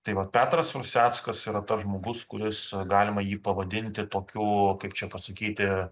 tai vat petras ruseckas yra tas žmogus kuris galima jį pavadinti tokiu kaip čia pasakyti